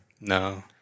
No